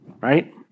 right